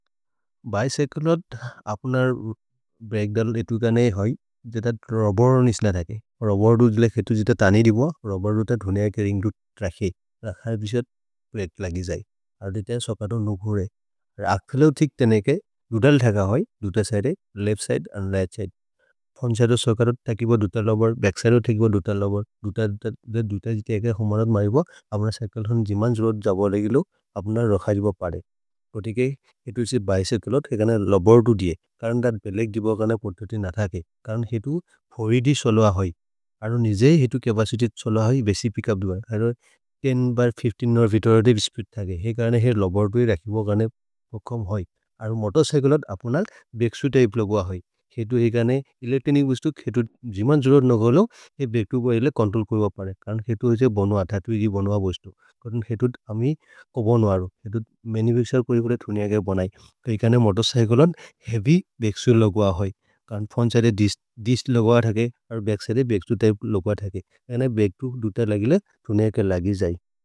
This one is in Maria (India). बैसेकल होत आपना ब्रेकडल इतु गाने होई जिता रौबर निष्णा थाके रौबर डूजले खेटु जिता तानी दिवा रौबर डूजले धुनिया के रिंग डूट राखे राखार दुशट प्रेट लागी जाई। और इते सोकारो नुखोरे राखले उठीक तेने के डूडल धागा होई दूटा साइडे, लेप साइड और लेट साइड फंन साइडो सोकारो थाकीबो। दूटा रौबर बैक साइडो थाकीबो दूटा रौबर दूटा, दूटा, दूटा जिते एकके होमरड मारीबो आपना साइकल होन जिमान जुरोड जा बाले गिलो आपना रखा जीबा पारे। कोटी के हेटू इसी बैसेकलोट हेगाने लौबर डू दिये कारण दार बेलेग दीबा गाने पर्टेटी न थाके कारण हेटू फोरीडी सलवा होई। आपना साइकलोट होन जिमान जुरोड जा बाले गिलो आपना साइकलोट होन जिमान जुरोड जा बाले गिलो।